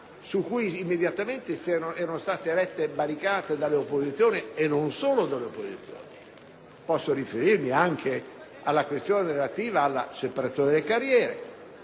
su cui immediatamente erano state erette barricate dalle opposizioni, e non solo da queste; posso riferirmi anche alla questione relativa alla separazione delle carriere